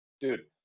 dude